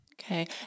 Okay